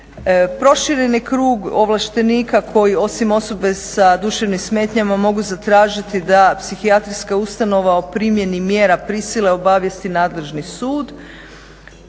Prošireni krug ovlaštenika koji osim osobe sa duševnim smetnjama mogu zatražiti da psihijatrijska ustanova o primjeni mjera prisile obavijesti nadležni sud.